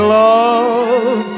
love